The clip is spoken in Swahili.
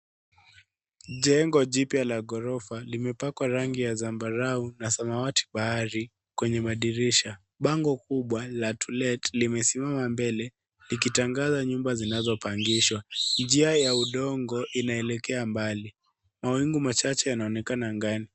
Jengo jipya la gorofa limepakwa rangi ya zambarau na samawati bahari kwenye madirisha. Bango kubwa la to let lime simama mbele liki tangaza nyumba zinazo pangishwa. Njia ya udongo ina elekea mbali. Mawingu machache yanaonekana ndani.